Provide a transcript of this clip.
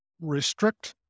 restrict